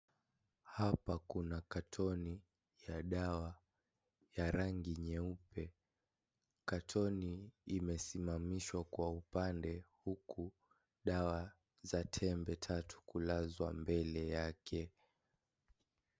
Hapa kuna katoni ya dawa ya rangi nyeupe ,katoni imesimamishwa kwa upande huku dawa za tembe tatu kulazwa mbele yake.